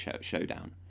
showdown